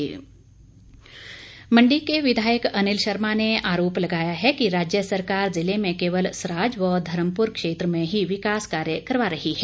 अनिल शर्मा मंडी के विधायक अनिल शर्मा ने आरोप लगाया है कि राज्य सरकार जिले में केवल सराज व धर्मपुर क्षेत्र में ही विकास कार्य करवा रही है